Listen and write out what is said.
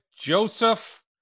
Joseph